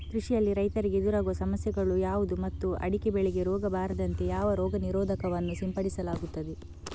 ಕೃಷಿಯಲ್ಲಿ ರೈತರಿಗೆ ಎದುರಾಗುವ ಸಮಸ್ಯೆಗಳು ಯಾವುದು ಮತ್ತು ಅಡಿಕೆ ಬೆಳೆಗೆ ರೋಗ ಬಾರದಂತೆ ಯಾವ ರೋಗ ನಿರೋಧಕ ವನ್ನು ಸಿಂಪಡಿಸಲಾಗುತ್ತದೆ?